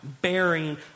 bearing